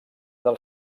del